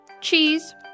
Cheese